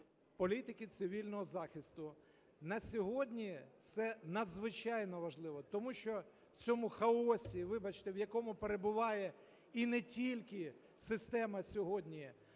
політики цивільного захисту. На сьогодні це надзвичайно важливо, тому що в цьому хаосі, вибачте, в якому перебуває і не тільки система сьогодні